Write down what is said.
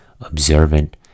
observant